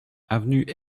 avenue